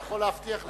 אני יכול להבטיח לך.